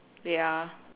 wait ah